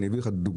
אני אתן לך דוגמה,